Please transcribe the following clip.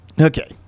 Okay